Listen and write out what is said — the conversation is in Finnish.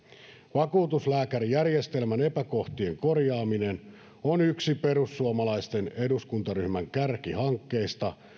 vakuutuslääkärijärjestelmän epäkohtien korjaaminen on yksi perussuomalaisten eduskuntaryhmän kärkihankkeista